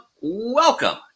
welcome